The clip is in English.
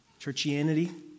churchianity